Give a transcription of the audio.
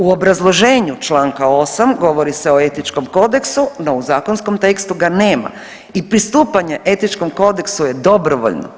U obrazloženju članka 8. govori se o Etičkom kodeksu, no u zakonskom tekstu ga nema i pristupanje etičkom kodeksu je dobrovoljno.